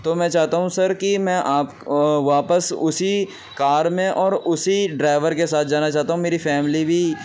تو میں چاہتا ہوں سر کہ میں آپ واپس اسی کار میں اور اسی ڈرائیور کے ساتھ جانا چاہتا ہوں میری فیملی بھی